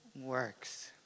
works